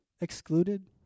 Excluded